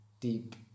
deep